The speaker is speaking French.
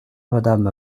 madame